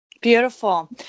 Beautiful